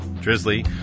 Drizzly